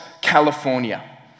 California